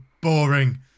boring